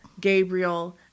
Gabriel